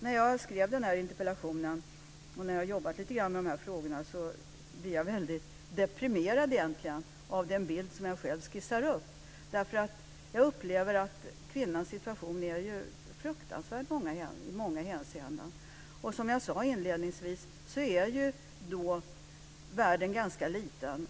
När jag skrev den här interpellationen och när jag jobbade med de här frågorna blev jag väldigt deprimerad av den bild som jag själv skissade upp, därför att jag upplever att kvinnans situation är fruktansvärd i många hänseenden. Som jag sade inledningsvis är världen ganska liten.